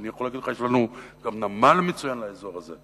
אני יכול להגיד לך שיש לנו גם נמל מצוין באזור הזה,